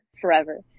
forever